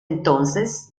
entonces